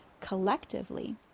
collectively